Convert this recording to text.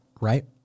Right